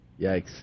Yikes